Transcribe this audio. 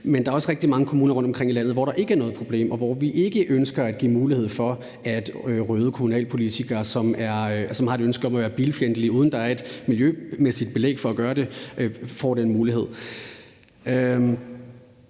Men der er også rigtig mange kommuner rundtomkring i landet, hvor der ikke er noget problem, og hvor vi ikke ønsker at give mulighed for, at røde kommunalpolitikere, som har et ønske om at være bilfjendtlige, uden at der er et miljømæssigt belæg for at gøre det, får den mulighed.